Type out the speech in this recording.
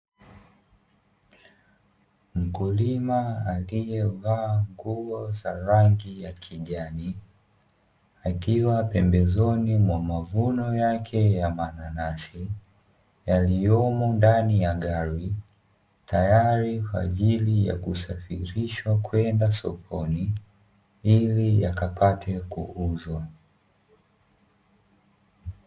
Mkulima aliyevaa nguo za rangi ya kijani, akiwa pembezoni mwa mavuno yake ya mananasi, yaliyomo ndani ya gari, tayari kwa ajili ya kusafirishwa kwenda sokoni ili yakapate kuuzwa.